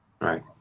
Right